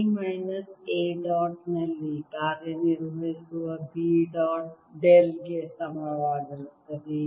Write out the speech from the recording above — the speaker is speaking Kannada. A ಮೈನಸ್ A ಡಾಟ್ ನಲ್ಲಿ ಕಾರ್ಯನಿರ್ವಹಿಸುವ B ಡಾಟ್ ಡೆಲ್ ಗೆ ಸಮನಾಗಿರುತ್ತದೆ